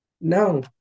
no